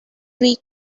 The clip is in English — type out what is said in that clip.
free